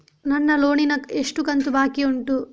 ನನ್ನ ಲೋನಿನ ಎಷ್ಟು ಕಂತು ಬಾಕಿ ಉಂಟು?